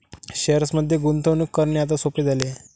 शेअर्समध्ये गुंतवणूक करणे आता सोपे झाले आहे